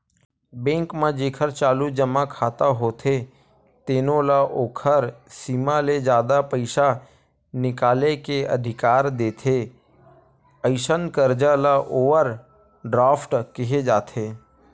bank म जेखर चालू जमा खाता होथे तेनो ल ओखर सीमा ले जादा पइसा निकाले के अधिकार देथे, अइसन करजा ल ओवर ड्राफ्ट केहे जाथे